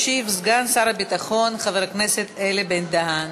ישיב סגן שר הביטחון חבר הכנסת אלי בן-דהן.